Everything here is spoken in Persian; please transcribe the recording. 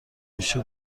میشه